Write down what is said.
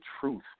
truth